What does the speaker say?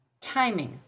Timing